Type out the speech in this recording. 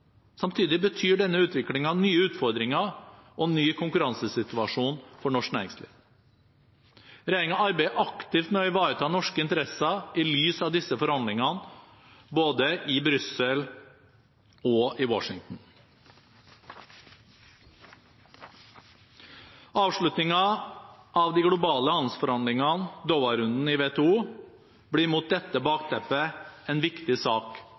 Samtidig betyr denne utviklingen nye utfordringer og en ny konkurransesituasjon for norsk næringsliv. Regjeringen arbeider aktivt med å ivareta norske interesser i lys av disse forhandlingene både i Brussel og i Washington. Avslutningen av de globale handelsforhandlingene – Doha-runden – i WTO blir mot dette bakteppet en viktig sak